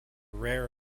rare